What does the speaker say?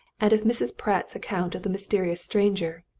and of mrs. pratt's account of the mysterious stranger,